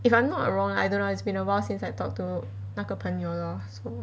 if I'm not wrong I don't know it's been awhile since I talked to 那个朋友 lor so